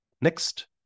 Next